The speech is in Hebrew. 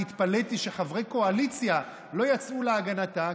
אני התפלאתי שחברי קואליציה לא יצאו להגנתה,